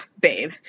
Babe